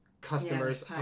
customers